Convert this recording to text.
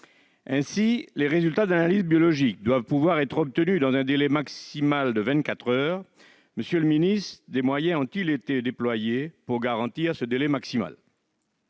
Ainsi, les résultats d'analyses biologiques doivent pouvoir être obtenus dans un délai maximal de vingt-quatre heures. Monsieur le ministre, des moyens ont-ils été déployés pour garantir ce délai ?